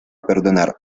perdonar